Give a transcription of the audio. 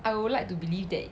I would like to believe that